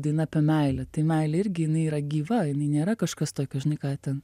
daina apie meilę tai meilė irgi yra gyvaja jinai nėra kažkas tokio žinai ką ten